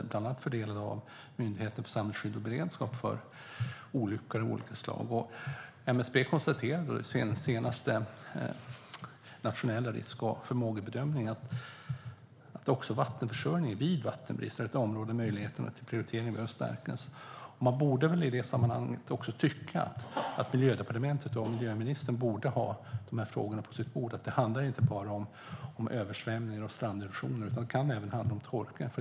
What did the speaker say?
MSB konstaterar i sin senaste nationella risk och förmågebedömning att också vattenförsörjning vid vattenbrist är ett område där möjligheten till prioritering behöver stärkas. Man borde väl i det sammanhanget också tycka att Miljödepartementet och miljöministern borde ha de här frågorna på sitt bord. Det handlar inte bara om översvämningar och stranderosion, utan det kan även handla om torka.